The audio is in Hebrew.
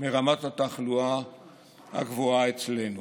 מרמת התחלואה הגבוהה אצלנו.